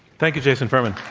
thank you, jason furman.